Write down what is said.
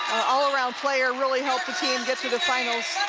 all-around player really helped the team get to the finals.